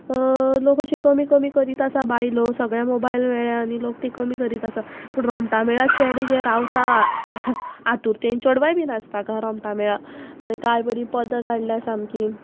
लोक अशी कमी कमी करीत आसा बायलो सगळ्या मोबायल मेळ्ळे आनी लोक ती कमी करीत आसा पूण रोमटामेळा चेडे जे रावता आतूरतेन चेडवाय बी नाचता काय रोमटामेळा आनी कांय बरी पद काडल्या सामकी